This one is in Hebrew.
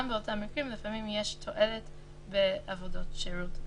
גם באותם מקרים לפעמים יש תועלת בעבודות שירות.